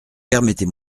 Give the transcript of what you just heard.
permettez